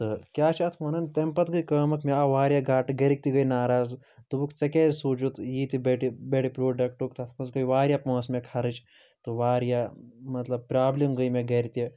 تہٕ کیٛاہ چھِ اَتھ وَنان تمہِ پَتہٕ گٔے کٲم اکھ مےٚ آو واریاہ گاٹہٕ گَرِکۍ تہِ گٔے ناراض دوٚپُکھ ژےٚ کیٛازِ سوٗنٛچُتھ ییٖتہِ بٔڈِ بڈِ پرٛوڈَکٹُک تَتھ منٛز گٔے واریاہ پۅنٛسہٕ مےٚ خرٕچ تہٕ واریاہ مطلب پرٛابلِم گٔے مےٚ گَرِ تہِ